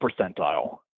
percentile